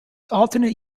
alternate